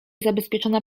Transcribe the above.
zabezpieczona